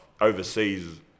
overseas